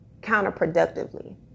counterproductively